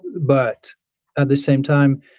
but at the same time,